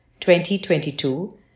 2022